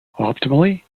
optimally